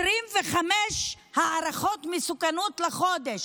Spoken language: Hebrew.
25 הערכות מסוכנות לחודש.